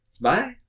Bye